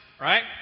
right